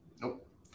Nope